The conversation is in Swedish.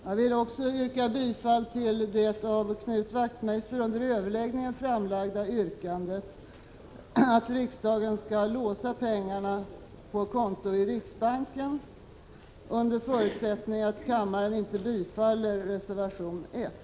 Jag vill också yrka bifall till det av Knut Wachtmeister under överläggningen framställda yrkandet, att riksdagen skall låsa pengarna på konto i riksbanken, under förutsättning att kammaren inte bifaller reservation 1.